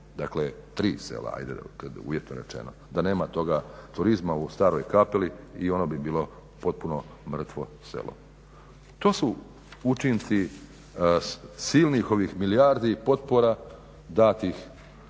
Dakle, tri sela, uvjetno rečeno. Da nema toga turizma u Staroj Kapeli i ono bi bilo potpuno mrtvo selo. To su učinci silnih ovih milijardi potpora datih